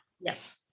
Yes